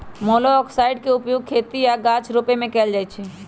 मोलॉक्साइड्स के उपयोग खेती आऽ गाछ रोपे में कएल जाइ छइ